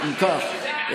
אם כך,